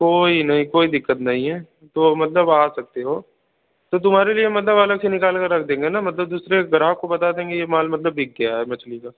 कोई नहीं कोई दिक़्क़त नहीं है तो मतलब आ सकते हो तो तुम्हारे लिए मतलब अलग से निकाल के रख देंगे ना मतलब दूसरे ग्राहक को बता देंगे यह माल मतलब बिक गया है मछली का